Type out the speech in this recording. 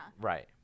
Right